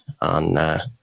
on